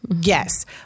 Yes